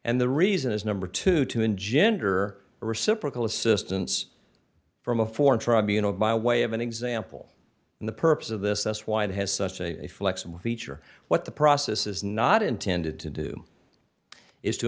and the reason is number two to engender a reciprocal assistance from a foreign tribunal by way of an example in the purpose of this us why it has such a flexible feature what the process is not intended to do is to